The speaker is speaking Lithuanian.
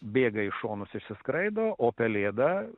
bėga į šonus išsiskraido o pelėda